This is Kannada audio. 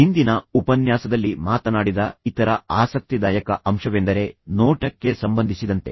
ಹಿಂದಿನ ಉಪನ್ಯಾಸದಲ್ಲಿ ಮಾತನಾಡಿದ ಇತರ ಆಸಕ್ತಿದಾಯಕ ಅಂಶವೆಂದರೆ ನೋಟಕ್ಕೆ ಸಂಬಂಧಿಸಿದಂತೆ